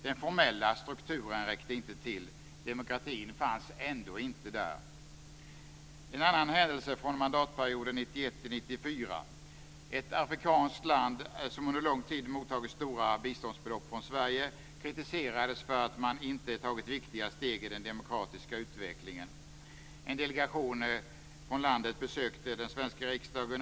Den formella strukturen räckte inte till. Demokratin fanns ändå inte där. En annan händelse hänför sig till mandatperioden 1991-1994. Ett afrikanskt land som under lång tid mottagit stora biståndsbelopp från Sverige kritiserades för att man inte tagit viktiga steg i den demokratiska utvecklingen. En delegation från det landet besökte den svenska riksdagen.